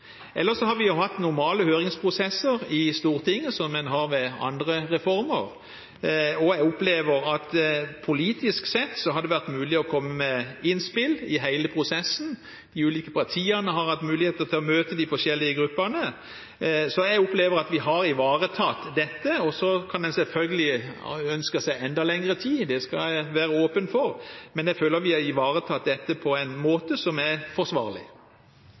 Ellers har vi hatt normale høringsprosesser i Stortinget, som man har ved andre reformer. Jeg opplever at politisk sett har det vært mulig å komme med innspill i hele prosessen. De ulike partiene har hatt mulighet til å møte de forskjellige gruppene, så jeg opplever at vi har ivaretatt dette. Så kunne man selvfølgelig ønske seg enda mer tid, det kan jeg være åpen for, men jeg føler vi har ivaretatt dette på en måte som er forsvarlig.